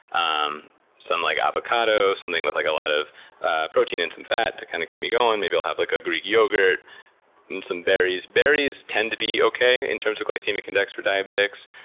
um some, like, avocado, something with like a lot of ah protein and some fat to kinda keep me going. maybe i'll have like ah a greek yogurt some berries. berries tend to be okay in terms of glycemic index for diabetics.